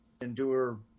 endure